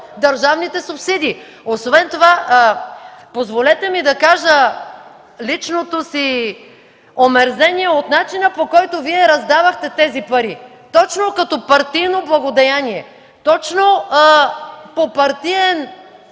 държавните субсидии! Освен това, позволете ми да изкажа личното си омерзение от начина, по който раздавахте тези пари – точно като партийно благодеяние, точно по партиен